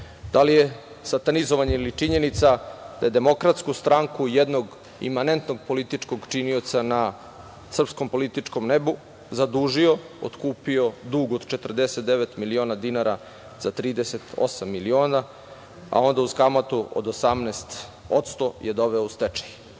li je satanizovanje ili činjenica da je DS jednog imanentnog političkog činioca na srpskom političkom nebu zadužio, otkupio dug od 49 miliona dinara za 38 miliona, a onda uz kamatu od 18% je doveo u stečaj? Da